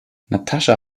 natascha